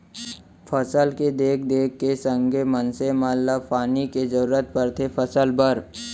फसल के देख देख के संग मनसे मन ल पानी के जरूरत परथे फसल बर